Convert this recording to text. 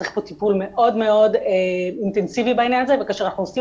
צריך פה טיפול מאוד אינטנסיבי בעניין הזה וכאשר אנחנו עושים